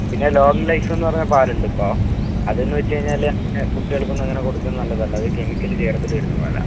പിന്നെ long life എന്ന് പറഞ്ഞ പാൽ ഉണ്ട് ഇപ്പോൾ അത് എന്ന് വെച്ച് കഴിഞ്ഞാൽ കുട്ടികൾക്കൊന്നും അങ്ങനെ കൊടുക്കുന്നത് നല്ലതല്ല അത് കെമിക്കല് ചേർത്തിട്ട് വരുന്ന പാലാ